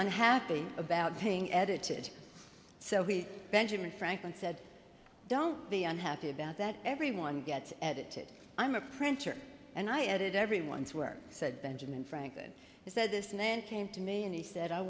unhappy about paying edited so he benjamin franklin said don't be unhappy about that everyone gets edited i'm a printer and i edit everyone's work said benjamin franklin he said this and then came to me and he said i